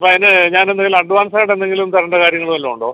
അതിന് ഞാനെന്തെങ്കിലും അഡ്വാൻസായിട്ടെന്തെങ്കിലും തരേണ്ട കാര്യങ്ങള് വല്ലതും ഉണ്ടോ